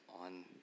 on